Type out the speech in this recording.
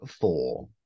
four